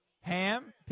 Ham